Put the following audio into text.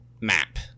map